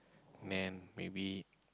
man maybe